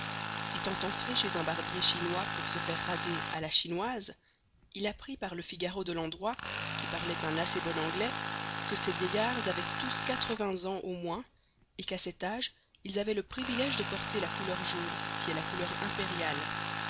étant entré chez un barbier chinois pour se faire raser à la chinoise il apprit par le figaro de l'endroit qui parlait un assez bon anglais que ces vieillards avaient tous quatre-vingts ans au moins et qu'à cet âge ils avaient le privilège de porter la couleur jaune qui est la couleur impériale